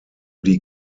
die